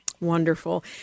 Wonderful